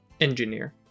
engineer